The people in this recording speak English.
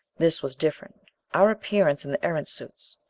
this was different our appearance in the erentz suits!